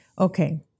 Okay